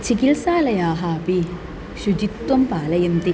चिकित्सालयाः अपि शुचित्वं पालयन्ति